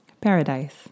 paradise